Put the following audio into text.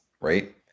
right